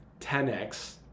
10x